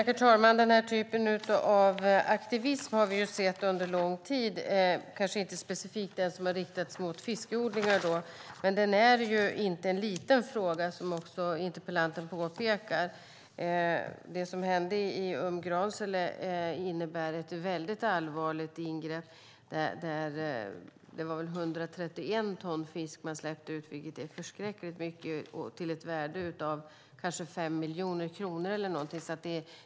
Herr talman! Den här typen av aktivism har vi sett under lång tid. Det gäller kanske inte specifikt den som har riktats mot fiskodlingar. Men det är inte en liten fråga, som också interpellanten påpekar. Det som hände i Umgransele innebär ett väldigt allvarligt ingrepp. Jag tror att det var 131 ton fisk som man släppte ut, vilket är förskräckligt mycket, till ett värde av kanske 5 miljoner kronor.